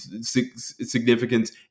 significance